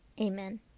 Amen